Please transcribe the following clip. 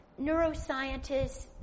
neuroscientists